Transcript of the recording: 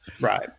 Right